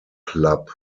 club